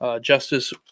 Justice